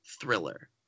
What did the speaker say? thriller